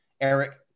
Eric